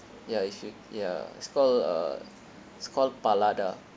ya if you ya it's called uh it's called palada